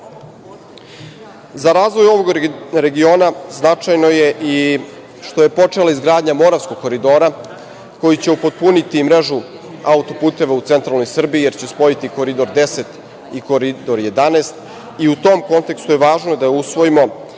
razvoj ovog regiona značajno je i što je počela izgradnja Moravskog koridora, koji će upotpuniti mrežu auto-puteva u centralnoj Srbiji, jer će spojiti Koridor 10 i Koridor 11 i u tom kontekstu je važno da usvojimo